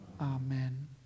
Amen